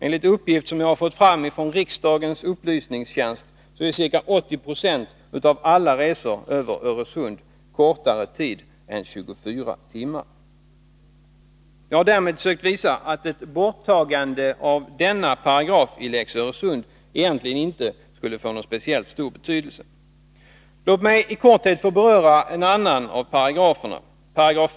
Enligt uppgift som jag har fått från riksdagens upplysningstjänst är ca 80 96 av alla som reser över Öresund borta kortare tid än 24 timmar. Jag har därmed sökt visa att ett borttagande av denna paragraf i lex Öresund egentligen inte skulle få särskilt stor betydelse. Låt mig i korthet få beröra en annan av paragraferna.